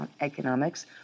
Economics